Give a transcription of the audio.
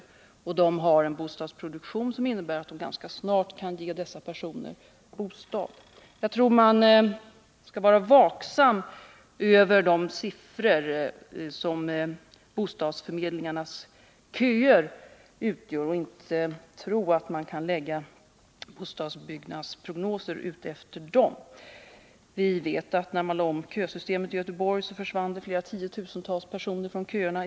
Sundsvall har en bostadsproduktion som innebär att man ganska snart kan ge dessa personer bostad. Jag anser att man skall vara vaksam över de siffror som bostadsförmedlingarnas köer utvisar och inte tro att man kan göra bostadsbyggnadsprognoser efter dem. Vi vet att när man lade om kösystemet i Göteborg, så försvann det tiotusentals personer från köerna.